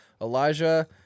Elijah